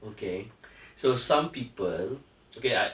okay so some people okay I